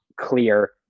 clear